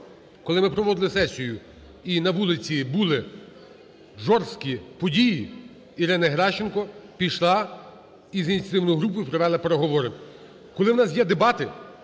коли ми проводили сесію, і на вулиці були жорсткі події, Ірина Геращенко пішла з ініціативною групою і провела переговори. Коли у нас є дебати,